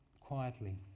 quietly